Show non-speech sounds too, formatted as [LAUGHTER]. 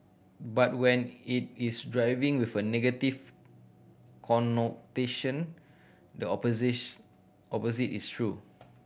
but when it is driven with a negative connotation the [UNINTELLIGIBLE] opposite is true